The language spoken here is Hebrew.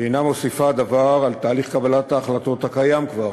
היא אינה מוסיפה דבר על תהליך קבלת ההחלטות הקיים כבר